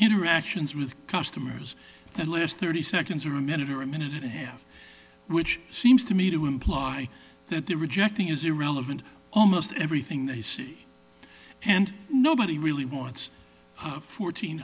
interactions with customers the last thirty seconds or a minute or a minute a half which seems to me to imply that they're rejecting is irrelevant almost everything they see and nobody really wants a fourteen